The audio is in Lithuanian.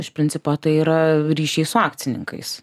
iš principo tai yra ryšys su akcininkais